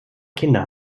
kinder